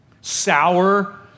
Sour